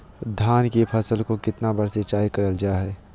धान की फ़सल को कितना बार सिंचाई करल जा हाय?